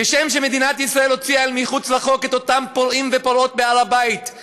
כשם שמדינת ישראל הוציאה אל מחוץ לחוק את אותם פורעים ופורעות בהר-הבית,